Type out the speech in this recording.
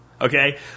okay